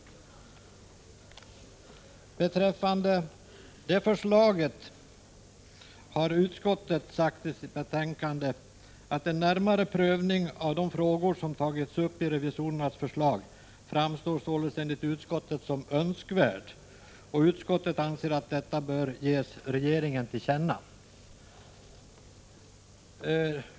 Beträffande detta förslag har utskottet i sitt betänkande sagt att en närmare prövning av de frågor som har tagits upp i revisorernas förslag framstår som önskvärd. Utskottet anser att detta bör ges regeringen till känna.